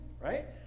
right